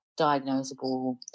diagnosable